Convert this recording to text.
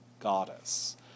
goddess